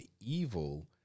evil